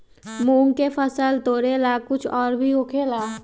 मूंग के फसल तोरेला कुछ और भी होखेला?